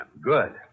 Good